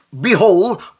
behold